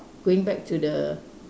going back to the